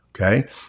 Okay